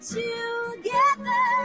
together